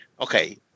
Okay